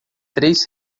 três